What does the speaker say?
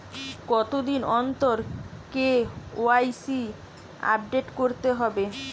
কতদিন অন্তর KYC update করতে হবে?